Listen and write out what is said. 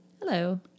Hello